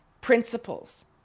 principles